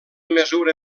mesura